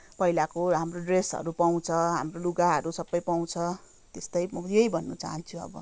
पहिलाको हाम्रो ड्रेसहरू पाउँछ हाम्रो लुगाहरू सबै पाउँछ त्यस्तै यही भन्न चाहन्छु अब